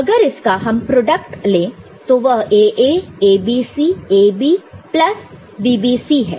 अगर इसका हम प्रोडक्ट ले तो वह AA ABC AB plus BBC है